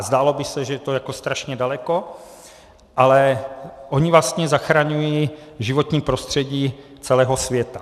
Zdálo by se, že je to strašně daleko, ale oni vlastně zachraňují životní prostředí celého světa.